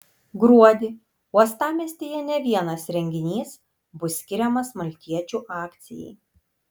gruodį uostamiestyje ne vienas renginys bus skiriamas maltiečių akcijai